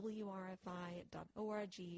wrfi.org